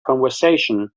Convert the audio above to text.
conversation